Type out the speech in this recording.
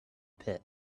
pit